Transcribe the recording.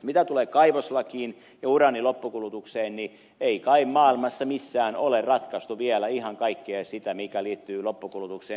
mitä tulee kaivoslakiin ja uraanin loppukulutukseen niin ei kai maailmassa missään ole ratkaistu vielä ihan kaikkea sitä mikä liittyy loppukulutukseen